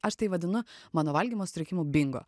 aš tai vadinu mano valgymo sutrikimų bingo